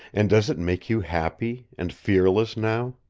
and does it make you happy, and fearless now?